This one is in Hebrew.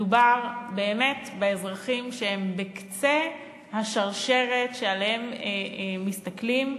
מדובר באזרחים שהם בקצה השרשרת, שעליהם מסתכלים,